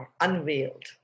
Unveiled